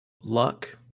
Luck